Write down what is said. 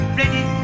ready